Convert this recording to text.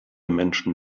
menschen